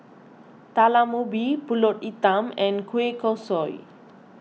Talam Ubi Pulut Hitam and Kueh Kosui